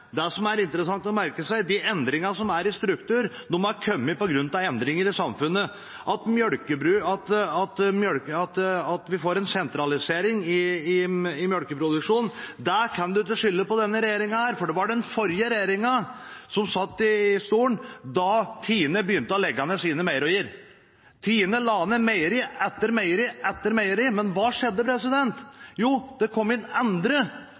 det som er interessant å merke seg, er at de endringene som er i struktur, er kommet på grunn av endringer i samfunnet. At vi får en sentralisering i melkeproduksjonen, kan man ikke skylde på denne regjeringen, for det var den forrige regjeringen som satt i stolen da Tine begynte å legge ned sine meierier. Tine la ned meieri etter meieri etter meieri. Men hva skjedde? Jo, det kom andre inn